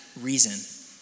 reason